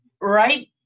right